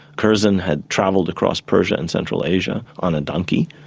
curzon had travelled across persia and central asia on a donkey.